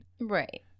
Right